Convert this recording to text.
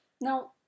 Now